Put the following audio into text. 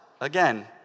again